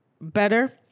better